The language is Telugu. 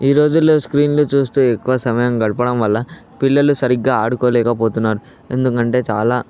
ఈ రోజుల్లో స్క్రీన్లు చూస్తూ ఎక్కువ సమయం గడపడం వల్ల పిల్లలు సరిగ్గా ఆడుకోలేకపోతున్నారు ఎందుకంటే చాలా